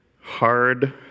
hard